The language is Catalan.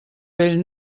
bell